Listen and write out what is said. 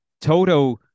Toto